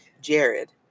Jared